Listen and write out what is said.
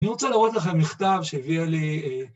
אני רוצה לראות לכם מכתב שהביאה לי...